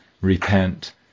repent